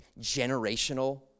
generational